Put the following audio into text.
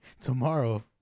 Tomorrow